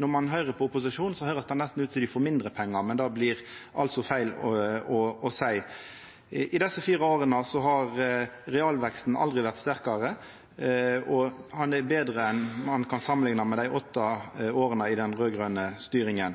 Når ein høyrer på opposisjonen, høyrest det nesten ut som om dei får mindre pengar, men det blir altså feil å seia. I desse fire åra har realveksten aldri vore sterkare, og han er betre enn det ein kan samanlikna med, dei åtte åra